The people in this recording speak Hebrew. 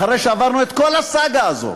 אחרי שעברנו את כל הסאגה הזאת